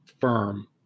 firm